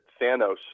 Thanos